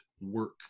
work